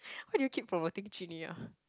why do you keep promoting Jun-Yi ah